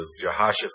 Jehoshaphat